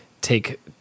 take